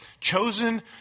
chosen